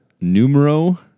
Numero